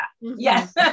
Yes